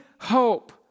hope